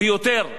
ולכן,